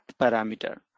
parameter